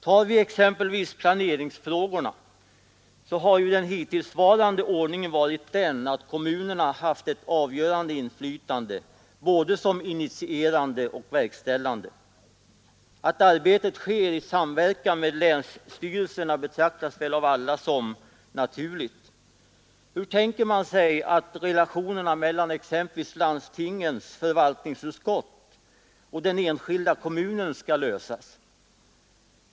Tar vi exempelvis planeringsfrågorna, så har ju den hittillsvarande ordningen varit den, att kommunerna haft ett avgörande inflytande både som initierande och verkställande. Att arbetet sker i samverkan med länsstyrelserna betraktas av alla som naturligt. Hur tänker man sig att relationerna mellan exempelvis landstingens förvaltningsutskott och den enskilda kommunen skall lösas?